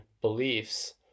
beliefs